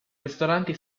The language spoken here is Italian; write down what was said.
ristoranti